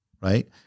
right